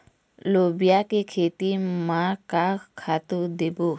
लोबिया के खेती म का खातू देबो?